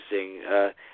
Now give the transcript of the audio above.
interesting